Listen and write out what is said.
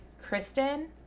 Kristen